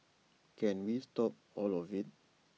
can we stop all of IT